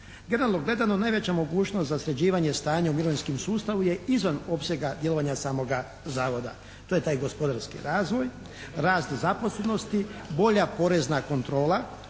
Realno gledano najveća mogućnost za sređivanje stanja u mirovinskom sustavu je izvan opsega djelovanja samoga zavoda. To je taj gospodarski razvoj, rast nezaposlenosti, bolja porezna kontrola.